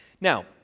Now